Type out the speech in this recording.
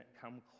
come